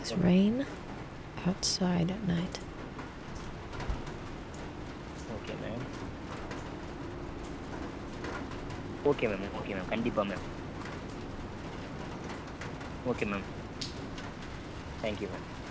okay okay ma'am okay ma'am okay ma'am கண்டிப்பாக ma'am okay ma'am thank you ma'am